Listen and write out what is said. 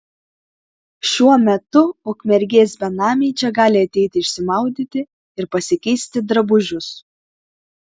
šiuo metu ukmergės benamiai čia gali ateiti išsimaudyti ir pasikeisti drabužius